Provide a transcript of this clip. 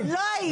לא היית.